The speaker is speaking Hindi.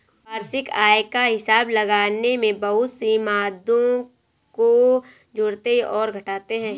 वार्षिक आय का हिसाब लगाने में बहुत सी मदों को जोड़ते और घटाते है